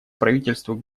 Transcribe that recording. правительству